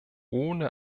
ohne